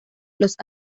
los